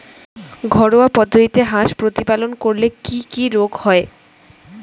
ঘরোয়া পদ্ধতিতে হাঁস প্রতিপালন করলে কি কি রোগ হয়?